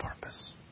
purpose